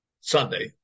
Sunday